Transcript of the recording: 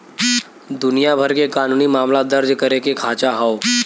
दुनिया भर के कानूनी मामला दर्ज करे के खांचा हौ